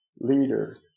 leader